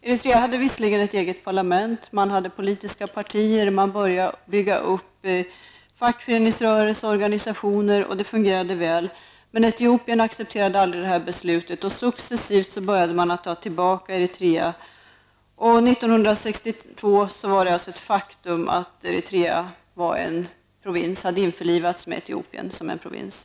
Eritrea hade visserligen ett eget parlament, man hade politiska partier och man hade börjat bygga upp fackföreningsrörelser, organisationer m.m. Det fungerade väl, men etiopierna accepterade aldrig detta beslut. Successivt började Etiopien att ta över Eritrea, och 1962 hade Eritrea införlivats med Etiopien som en provins.